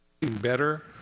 Better